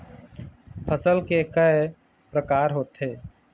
फसल के कय प्रकार होथे?